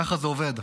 ככה זה עובד.